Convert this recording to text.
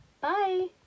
Bye